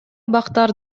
бактар